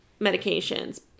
medications